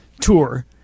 tour